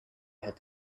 had